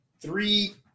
Three